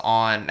on